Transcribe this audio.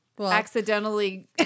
accidentally